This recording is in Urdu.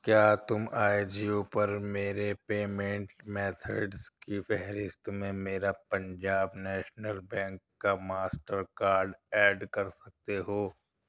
کیا تم آئجیو پرمیرے پیمینٹ میتھڈز کی فہرست میں میرا پنجاب نیشنل بینک کا ماسٹر کارڈ ایڈ کر سکتے ہو